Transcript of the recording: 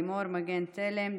לימור מגן תלם,